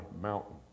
mountain